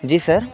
جی سر